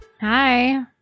Hi